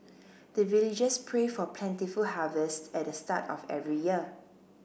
the villagers pray for plentiful harvest at the start of every year